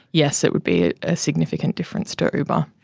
yes, it would be a significant difference to uber.